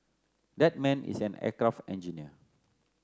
that man is an aircraft engineer